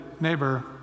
neighbor